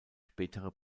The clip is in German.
spätere